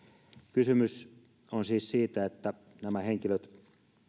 kysymys on siis siitä että nämä henkilöt